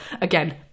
again